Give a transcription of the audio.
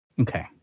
Okay